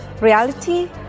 Reality